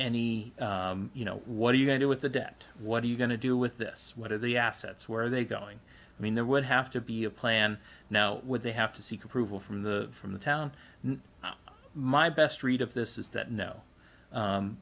any you know what do you do with the debt what are you going to do with this what are the assets where are they going i mean there would have to be a plan now would they have to seek approval from the from the town my best read of this is that no